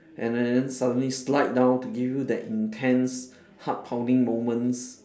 and then suddenly slide down to give you that intense heart pounding moments